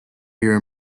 your